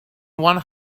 one